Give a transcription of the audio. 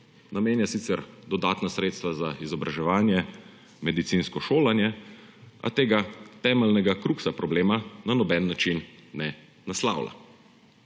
Namenja sicer dodatna sredstva za izobraževanje, medicinsko šolanje, a tega temeljnega crux problema na noben način ne naslavlja.